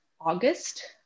August